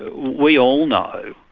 we all know,